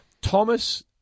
Thomas